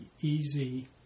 easy